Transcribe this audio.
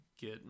get